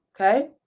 okay